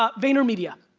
ah vaynermedia,